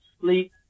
sleep